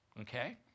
okay